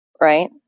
right